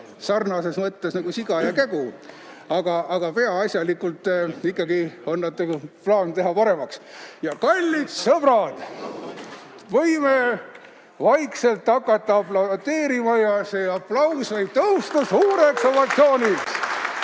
sarnasuse mõttes välja nagu siga ja kägu. Aga peaasjalikult ikkagi on plaan teha paremaks. Kallid sõbrad, võime vaikselt hakata aplodeerima ja see aplaus võib tõusta suureks emotsiooniks.